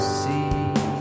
see